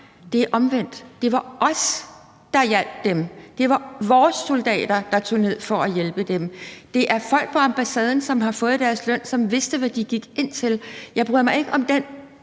det er omvendt. Det var os, der hjalp dem. Det var vores soldater, der tog ned for at hjælpe dem. Det er folk på ambassaden, som har fået deres løn, og som vidste, hvad de gik ind til. Jeg bryder mig ikke om den